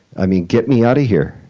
i mean, get me outta here.